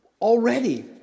already